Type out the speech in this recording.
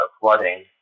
flooding